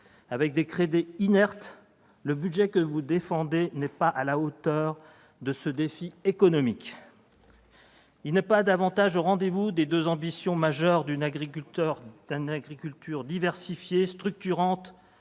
Avec des crédits inertes, le budget que vous défendez n'est pas à la hauteur de ce défi économique. Il n'est pas davantage au rendez-vous des deux ambitions majeures que devrait porter ce